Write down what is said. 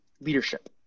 leadership